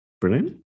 Brilliant